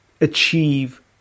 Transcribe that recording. achieve